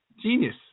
Genius